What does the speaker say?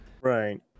Right